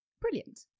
Brilliant